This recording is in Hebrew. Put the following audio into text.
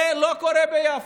זה לא קורה ביפו.